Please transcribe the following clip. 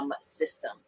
system